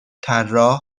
طراح